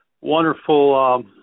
wonderful